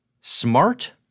smart